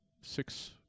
six